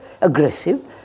aggressive